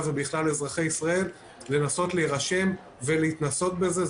ובכלל אזרחי ישראל לנסות להירשם ולהתנסות בזה,